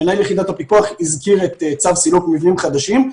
מנהל יחידת הפיקוח הזכיר את צו סילוק מבנים חדשים,